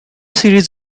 series